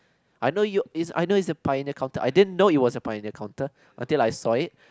I know you I know it's a pioneer counter I didn't know it was a pioneer counter until like I saw it